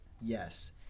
yes